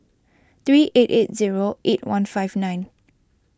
three eight eight zero eight one five nine